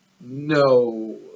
no